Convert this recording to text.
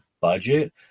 budget